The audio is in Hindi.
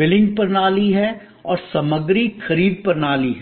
बिलिंग प्रणाली है और सामग्री खरीद प्रणाली है